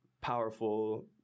Powerful